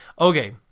okay